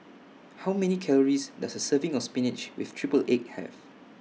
How Many Calories Does A Serving of Spinach with Triple Egg Have